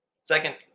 Second